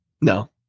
No